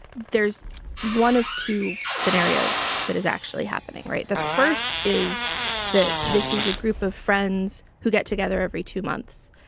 there's one of two scenarios that is actually happening. right. the first is that this is a group of friends who get together every two months.